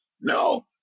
No